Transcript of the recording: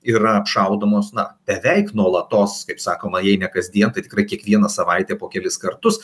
yra apšaudomos na beveik nuolatos kaip sakoma jei ne kasdien tai tikrai kiekvieną savaitę po kelis kartus